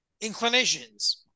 inclinations